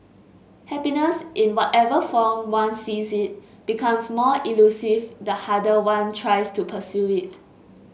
happiness in whatever form one sees it becomes more elusive the harder one tries to pursue it